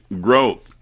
Growth